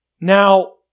Now